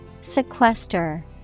Sequester